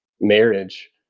marriage